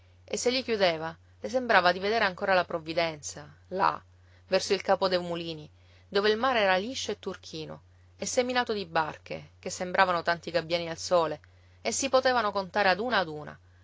e se li chiudeva le sembrava di vedere ancora la provvidenza là verso il capo dei mulini dove il mare era liscio e turchino e seminato di barche che sembravano tanti gabbiani al sole e si potevano contare ad una ad una